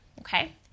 okay